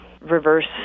reverse